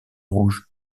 rouges